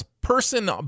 person